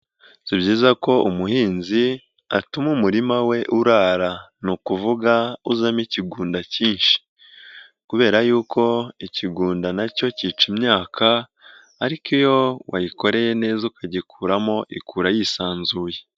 Si byiza ko umuhinzi atuma umurima we urara ni ukuvuga uzamo ikigunda cyinshi, kubera y'uko ikigunda nacyo cyica imyaka ariko iyo waigkoreye neza ukagikuramo ikura yisanzuye.